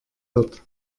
wird